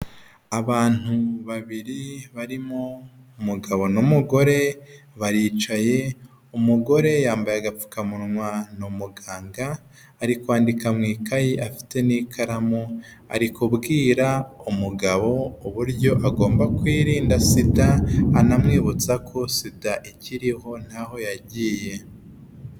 Abantu babiri barimo umugabo n'umugore baricaye umugore yambaye agapfukamunwa ni muganga ari kwandika mu ikayi afite n'ikaramu, ari kubwira umugabo uburyo agomba kwirinda sida anamwibutsa ko sida ikiriho ntaho yagiye.